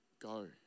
Go